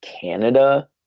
Canada